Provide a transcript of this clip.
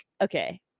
okay